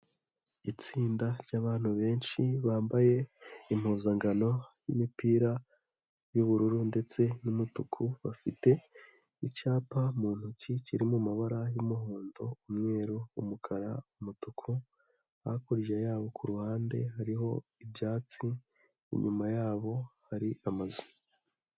Itsinda ryabantu benshi bambaye impuzangano y'imipira y'ubururu ndetse n'umutuku, bafite icyapa mu ntoki kirimo amabara y'umuhondo, umweru, umukara, umutuku, hakurya yabo ku ruhande hariho ibyatsi, inyuma yabo hari amazu.